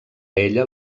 ella